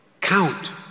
count